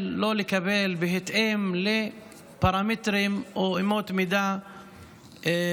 או לא לקבל בהתאם לפרמטרים או אמות מידה מסוימים.